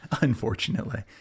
Unfortunately